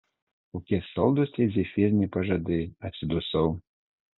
kokie saldūs tie zefyriniai pažadai atsidusau